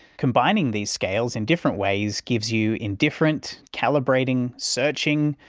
combining these scales in different ways gives you indifferent, calibrating, searching,